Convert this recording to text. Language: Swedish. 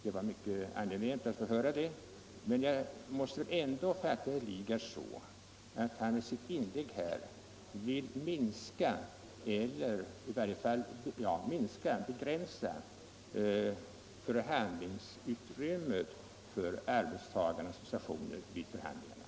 Det var mycket angenämt att få höra det, men jag fattar ändå herr Lidgard så att han vill begränsa förhandlingsutrymmet för arbetstagarnas organisationer.